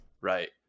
right